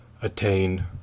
attain